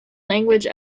language